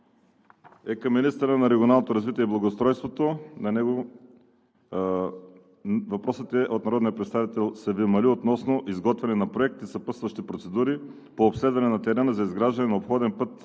е към министъра на регионалното развитие и благоустройството. Въпросът е от народния представител Севим Али относно изготвяне на Проект и съпътстващи процедури по обследване на терен за изграждане на обходен път